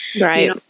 Right